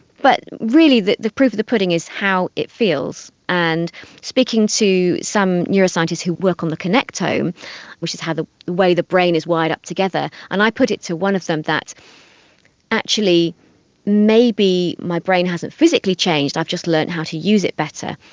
but really the the proof of the pudding is how it feels. and speaking to some neuroscientists who work on the connectome, um which is the way the brain is wired up together, and i put it to one of them that actually maybe my brain hasn't physically changed, i've just learned how to use it better.